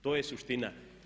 To je suština.